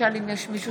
האם יש מישהו